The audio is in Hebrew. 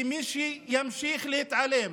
כי מי שימשיך להתעלם